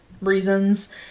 reasons